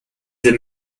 the